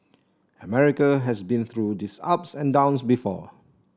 America has been through these ups and downs before